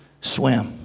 swim